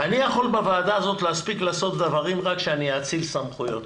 ואני יכול בוועדה הזאת להספיק דברים רק כשאני אאציל סמכויות.